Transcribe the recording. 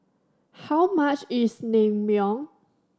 how much is Naengmyeon